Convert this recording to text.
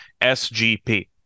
SGP